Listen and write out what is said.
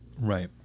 right